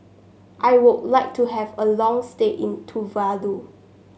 I would like to have a long stay in Tuvalu